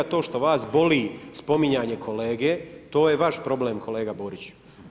To što vas boli spominjanje kolege to je vaš problem kolega Borić.